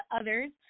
others